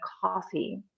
coffee